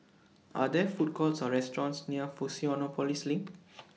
Are There Food Courts Or restaurants near Fusionopolis LINK